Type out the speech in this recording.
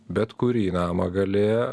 bet kurį namą gali